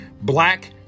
Black